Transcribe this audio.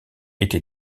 été